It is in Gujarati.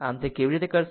આમ તે કેવી રીતે કરશે